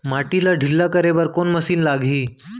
माटी ला ढिल्ला करे बर कोन मशीन लागही?